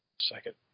Second